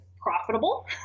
profitable